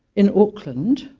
in auckland,